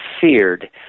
feared